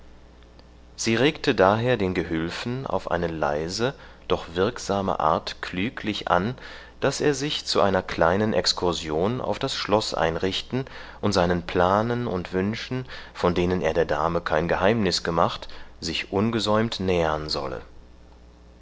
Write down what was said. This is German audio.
sie regte daher den gehülfen auf eine leise doch wirksame art klüglich an daß er sich zu einer kleinen exkursion auf das schloß einrichten und seinen planen und wünschen von denen er der dame kein geheimnis gemacht sich ungesäumt nähern solle